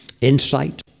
insight